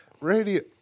radio